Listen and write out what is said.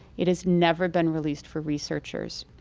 it has never been released for researchers.